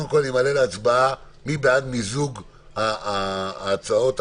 קודם כול, אני מעלה להצבעה את מיזוג הצעות החוק.